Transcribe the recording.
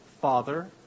Father